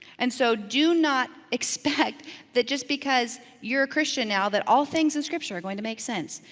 and so do not expect that just because you're a christian now, that all things in scripture are going to make sense.